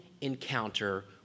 encounter